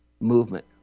movement